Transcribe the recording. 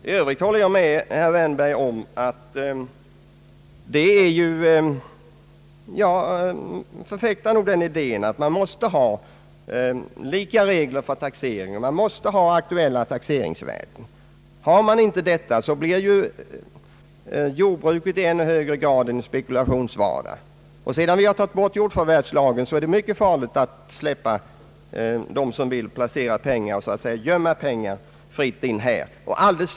I övrigt håller jag med herr Wärnberg om att man måste ha lika regler för taxeringen, man måste ha aktuella taxeringsvärden. Har man inte detta blir jordbruket i ännu högre grad en spekulationsvara. Sedan vi tagit bort jordförvärvslagen är det mycket farligt att släppa dem som vill placera, d. v. s. gömma pengar, fritt in på detta område.